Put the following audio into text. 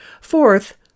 Fourth